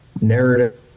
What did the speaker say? narrative